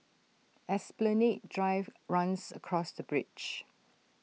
Esplanade Drive runs across the bridge